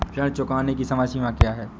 ऋण चुकाने की समय सीमा क्या है?